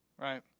right